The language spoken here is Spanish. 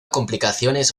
complicaciones